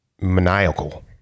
maniacal